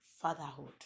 fatherhood